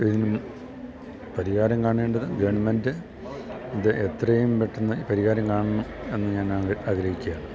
ഇതിന് പരിഹാരം കാണേണ്ടത് ഗവൺമെൻ്റ് ഇത് എത്രയും പെട്ടെന്നു പരിഹാരം കാണണം എന്നു ഞാൻ ആഗ്രഹിക്കുകയാണ്